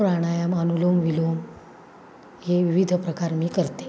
प्राणायाम अनुलोम विलोम हे विविध प्रकार मी करते